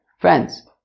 Friends